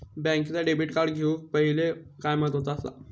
बँकेचा debit card घेउक पाहिले काय महत्वाचा असा?